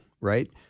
Right